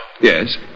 Yes